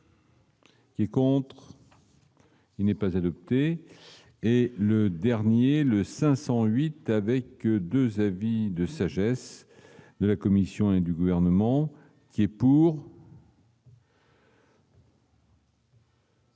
pour. Est contre. Il n'est pas adoptée et le dernier le 508 avec 2 avis de sagesse de la Commission et du gouvernement qui est pour.